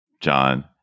John